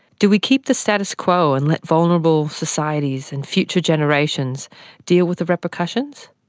do we keep the status quo and let vulnerable societies and future generations deal with the repercussions?